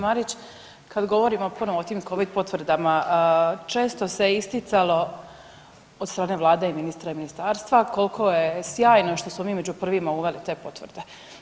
Marić, kad govorimo ponovo o tim Covid potvrdama, često se isticalo od strane Vlade i ministra i ministarstva koliko je sjajno što smo mi među prvima uveli te potvrde.